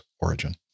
origin